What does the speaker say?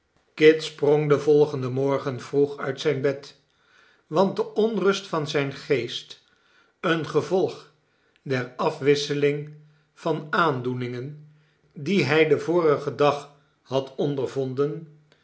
kit sprong den volgenden morgen vroeg uit zijn bed want de onrust van zijn geest een gevolg der afwisseling van aandoeningen die hij den vorigen dag had ondervonden